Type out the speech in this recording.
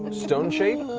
but stone shape